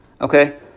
Okay